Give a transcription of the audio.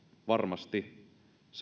varmasti